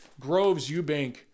Groves-Eubank